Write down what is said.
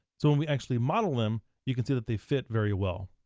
so when we actually model them, you can see that they fit very well.